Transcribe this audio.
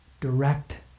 direct